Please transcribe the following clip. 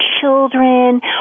children